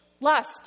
lust